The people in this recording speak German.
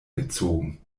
gezogen